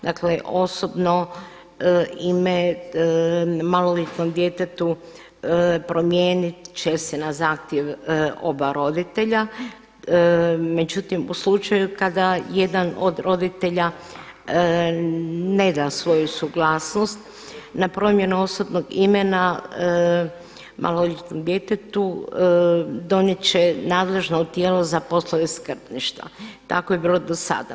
Dakle osobno ime maloljetnom djetetu promijenit će se na zahtjev oba roditelja, međutim u slučaju kada jedan od roditelja ne da svoju suglasnost, na promjenu osobnog imena maloljetnom djetetu donijet će nadležno tijelo za poslove skrbništva, tako je bilo do sada.